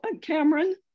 Cameron